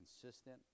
consistent